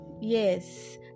yes